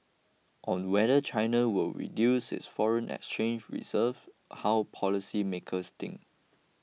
on whether China will reduce its foreign exchange reserve how policymakers think